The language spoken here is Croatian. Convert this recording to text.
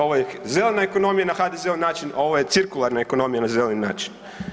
Ovo je zelena ekonomija na HDZ-ov način, a ovo je cirkularna ekonomija na zeleni način.